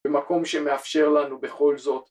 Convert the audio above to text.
במקום שמאפשר לנו בכל זאת